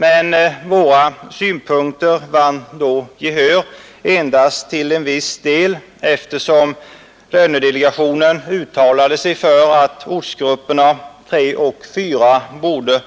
Men våra synpunkter vann då gehör endast till en viss del; lönedelegationen uttalade sig för att ortsgrupperna 3 och 4 borde